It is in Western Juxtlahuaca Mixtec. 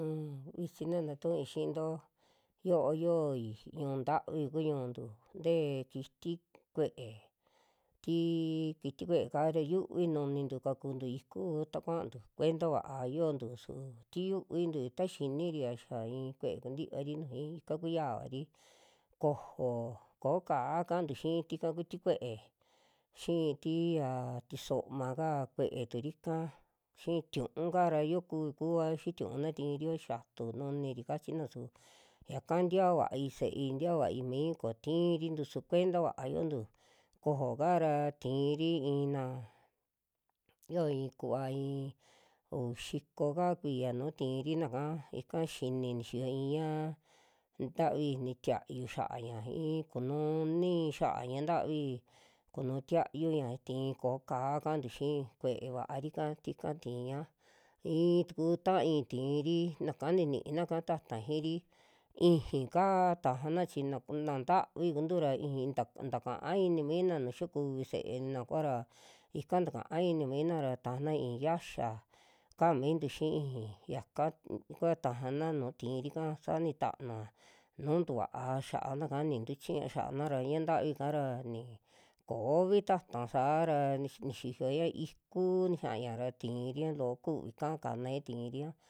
Un vichi naa tatu'ui xiinto yo'o yoi ñu'un tavi ku ñu'untu ntee kiti kue'e, tii kiti kue'eka ra yuvi nunintu kakuntu iku, ta kuaantu kuenta vaa yontu su ti yuvitu, ta xiniri a xaa i'i kue'e kuntii vaari nujui ikaku ya'ari, kojo koj ka'á kantu xii tika kuti kue'e, xi'i tii ya tisoma kaa kue'e turika, xii tiñuuka ra yo kuvi kuvao xii tiñuu na tiirio xiatu nuniri kachina su, yaka ntia vaai se'ei tiaa va'ai miu, koo tiiritu su kuenta vaa yo'ontu, kojo kara ti'iri ina yoo i'i kuva ii uvi xiko ka kuiya nuu tiri nakaa, ika xini nixiyo iña ntavi ni tiayu xia'aña i'in kunuu nii xiaña ntavi, kunuu tiayuña tii kojo ka'á kaantu xii kue'e vaarika, tika tiiña i'i tuku ta'ai ti'iri naka nini'naka ta'ta xi'iri ixiika tajana chi na ku, na ntavi kuntura ixii ta- takaa ini mina nuu xa kuvi se'ena kuara, ika takaa ini mina ra tajana ixii yiaxa ka'a mintu xii ixii yaka kua tajana nuu tirika sa nitaanua nuu tukua xa'anaka ni tuu chiña xa'ana ra, ñaa ntavi'ka ra ni koovi ta'ta saara nix- nixiyoña iku nixiaña ra tiiria loo kuvika kanaña ti'iria.